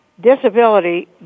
disability